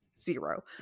Zero